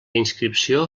inscripció